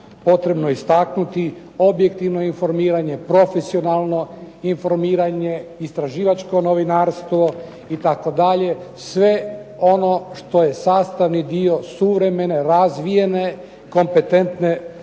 potrebno istaknuti, objektivno informiranje, profesionalno informiranje, istraživačko novinarstvo itd., sve ono što je sastavni dio suvremene, razvijene, kompetentne